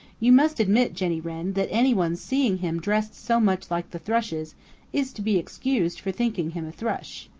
you must admit, jenny wren, that any one seeing him dressed so much like the thrushes is to be excused for thinking him a thrush.